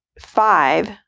five